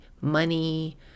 money